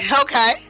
Okay